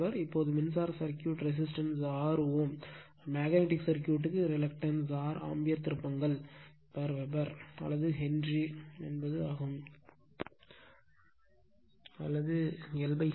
இப்போது மின்சார circuit resistance R ohm magnetic சர்க்யூட்க்கு ரிலக்டன்ஸ் R ஆம்பியர் திருப்பங்கள்வெபர் அல்லது ஹென்றி அல்லது 1 ஹென்றி